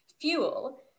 Fuel